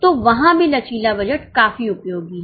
तो वहाँ भी लचीला बजट काफी उपयोगी हैं